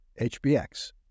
HBX